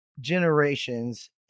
generation's